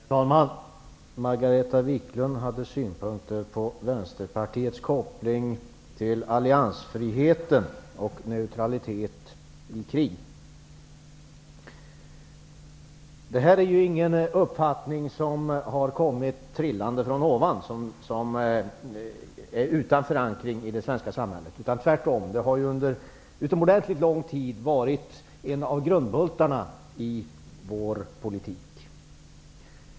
Herr talman! Margareta Viklund hade synpunkter på Vänsterpartiets koppling till alliansfriheten och neutralitet i krig. Detta är ingen uppfattning som har kommit nertrillande från ovan och som saknar förankring i det svenska samhället. Tvärtom har detta under en utomordentligt lång tid varit en av grundbultarna i vår politik.